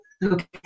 look